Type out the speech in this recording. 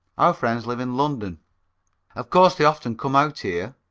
our friends live in london of course they often come out here.